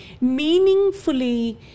meaningfully